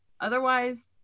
otherwise